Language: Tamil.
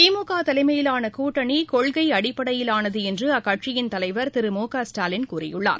திமுக தலைமையிலான கூட்டணி கொள்கை அடிப்படையிலானது என்று அக்கட்சியின் தலைவர் திரு மு க ஸ்டாலின் கூறியுள்ளார்